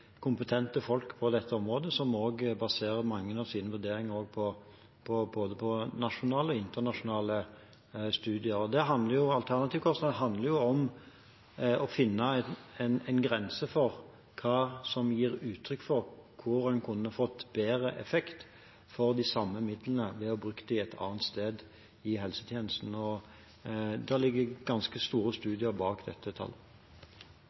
kompetente folk på dette området, som også baserer mange av sine vurderinger på både nasjonale og internasjonale studier. Alternativkostnad handler om å finne en grense for hva som gir uttrykk for hvor man kunne fått bedre effekt for de samme midlene ved å bruke dem et annet sted i helsetjenesten, og det ligger ganske store studier bak dette tallet.